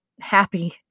happy